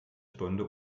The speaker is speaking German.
stunde